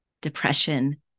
depression